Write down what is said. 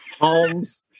Holmes